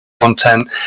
content